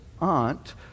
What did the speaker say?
aunt